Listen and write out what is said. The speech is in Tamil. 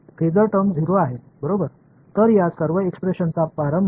அதிர்வெண் வெளிப்பாடு ஃபாசர் வெளிப்பாடு 0